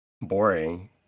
boring